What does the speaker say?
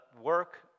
work